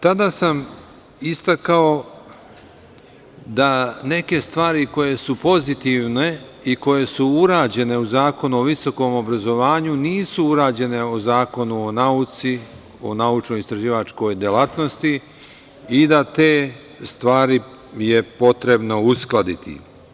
Tada sam istakao da neke stvari koje su pozitivne i koje su urađene u Zakonu o visokom obrazovanju nisu urađene u Zakonu o nauci, o naučno-istraživačkoj delatnosti i da te stvari je potrebno uskladiti.